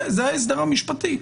זה ההסדר המשפטי.